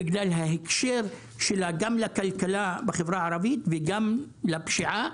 בגלל ההקשר שלה גם לכלכלה בחברה הערבית וגם לפשיעה,